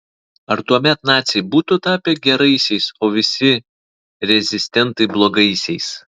ar tuomet naciai būtų tapę geraisiais o visi rezistentai blogaisiais